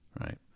Right